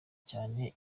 cyane